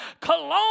cologne